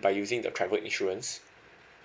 by using the travel insurance